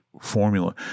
formula